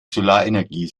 solarenergie